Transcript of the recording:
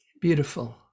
beautiful